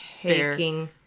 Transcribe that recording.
taking